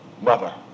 mother